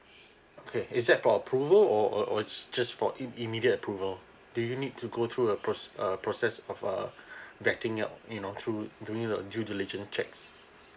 okay is it for approval or or or just just for im~ immediate approval do you need to go through a process a process of uh vetting up you know through doing the due diligence checks